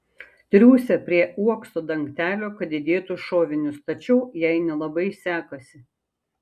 triūsia prie uokso dangtelio kad įdėtų šovinius tačiau jai nelabai sekasi